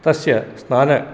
तस्य स्नान